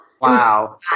wow